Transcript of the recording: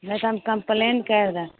नहि तऽ हम कम्पलेन करि देब